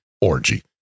orgy